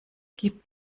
gib